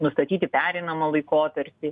nustatyti pereinamą laikotarpį